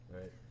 Right